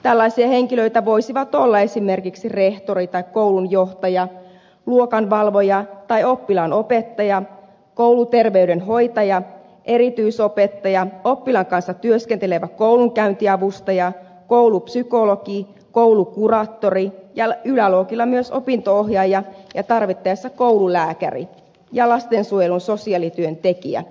tällaisia henkilöitä voisivat olla esimerkiksi rehtori tai koulun johtaja luokanvalvoja tai oppilaan opettaja kouluterveydenhoitaja erityisopettaja oppilaan kanssa työskentelevä koulunkäyntiavustaja koulupsykologi koulukuraattori ja yläluokilla myös opinto ohjaaja ja tarvittaessa koululääkäri ja lastensuojelun sosiaalityöntekijä